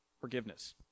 forgiveness